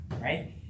right